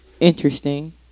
interesting